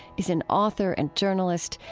is an author and journalist,